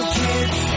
kids